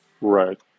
Right